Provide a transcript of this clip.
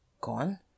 Gone